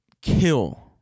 kill